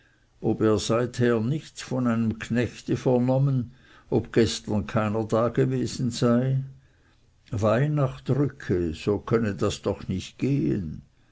ob er seither nichts von einem knechte vernommen ob gestern keiner dagewesen sei weihnacht rücke so könne das doch nicht gehen